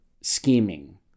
scheming